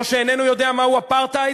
או שאיננו יודע מהו אפרטהייד,